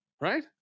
right